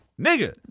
nigga